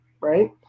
right